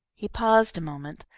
he paused a moment,